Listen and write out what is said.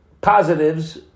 positives